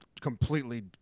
completely